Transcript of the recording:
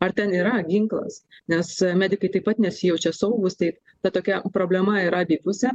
ar ten yra ginklas nes medikai taip pat nesijaučia saugūs tai ta tokia problema yra abipusė